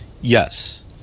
Yes